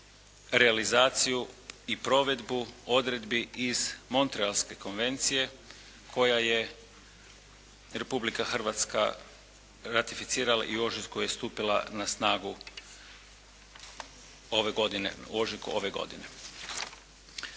realizaciju i provedbu odredbi iz Montrealske konvencije koju je Republika Hrvatska ratificirala i u ožujku je stupila na snagu, u ožujku ove godine.